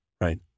right